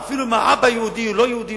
אפילו אם האבא יהודי או לא יהודי,